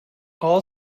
all